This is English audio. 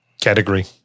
category